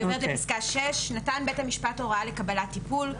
אני עוברת לפסקה (6): (6) נתן בית המשפט הוראה לקבלת טיפול,